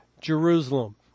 Jerusalem